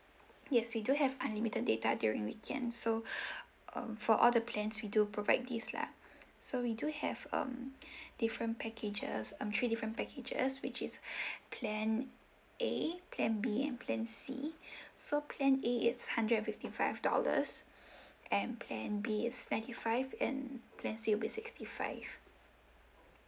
yes we do have unlimited data during weekends so um for all the plans we do provide this lah so we do have um different packages um three different packages which is plan A plan B and plan C so plan A it's hundred and fifty five dollars and plan B is ninety five and plan C will be sixty five